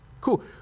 cool